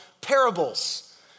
parables